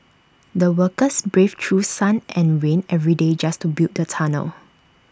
the workers braved through sun and rain every day just to build the tunnel